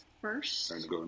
first